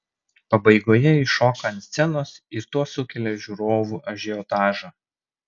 pabaigoje ji šoka ant scenos ir tuo sukelia žiūrovų ažiotažą